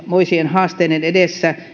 haasteiden edessä